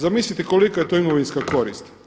Zamislite kolika je to imovinska korist.